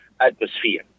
atmosphere